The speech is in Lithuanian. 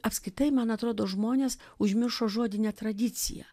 apskritai man atrodo žmonės užmiršo žodinę tradiciją